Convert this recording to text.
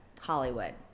Hollywood